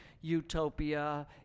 utopia